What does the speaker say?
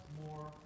more